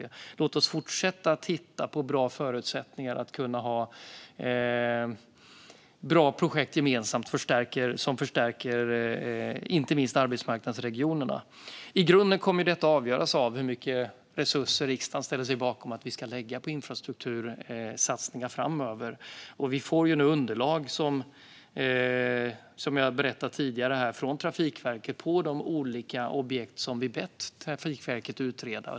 Låt oss fortsätta att titta på förutsättningarna att ha bra gemensamma projekt som förstärker inte minst arbetsmarknadsregionerna. I grunden kommer detta att avgöras av hur mycket resurser riksdagen ställer sig bakom att vi ska lägga på infrastruktursatsningar framöver. Vi får nu underlag, som jag har berättat om tidigare, från Trafikverket på de olika objekt som vi har bett Trafikverket att utreda.